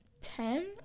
Ten